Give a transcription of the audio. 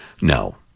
No